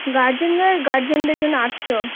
গার্জেনরা গার্জেনদের জন্য আটশো